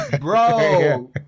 Bro